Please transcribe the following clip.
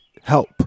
help